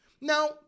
now